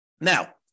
Now